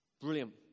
Brilliant